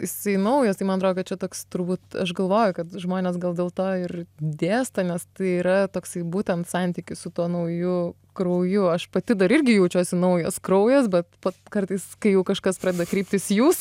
jisai naujas tai man atrodo kad čia toks turbūt aš galvoju kad žmonės gal dėl to ir dėsto nes tai yra toksai būtent santykis su tuo nauju krauju aš pati dar irgi jaučiuosi naujas kraujas bet kartais kai jau kažkas pradeda kreiptis jūs